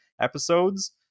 episodes